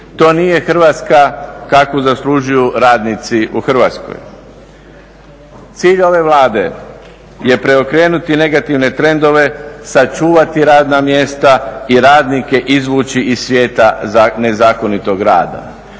To nije Hrvatska kakvu zaslužuju radnici u Hrvatskoj. Cilj ove Vlade je preokrenuti negativne trendove, sačuvati radna mjesta i radnike izvući iz svijeta nezakonitog rada.